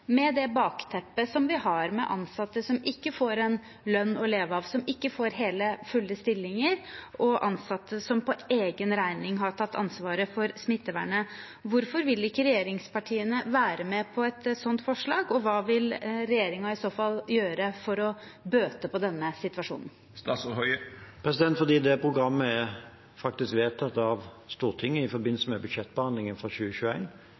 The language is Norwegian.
Med det bakteppet vi har, med ansatte som ikke får en lønn å leve av, som ikke får hele, fulle stillinger, og som for egen regning har tatt ansvaret for smittevernet: Hvorfor vil ikke regjeringen være med på et sånt forslag, og hva vil regjeringen i så fall gjøre for å bøte på denne situasjonen? Det er fordi det programmet faktisk er vedtatt av Stortinget i forbindelse med budsjettbehandlingen for